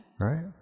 Right